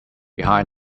behind